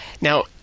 Now